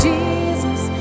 Jesus